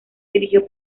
dirigió